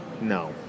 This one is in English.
No